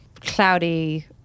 cloudy